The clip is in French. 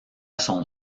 son